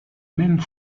même